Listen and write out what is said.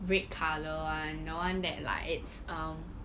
red colour [one] the one that like it's um